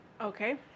Okay